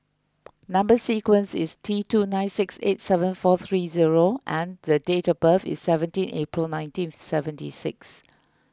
Number Sequence is T two nine six eight seven four three zero and date of birth is seventeen April nineteen seventy six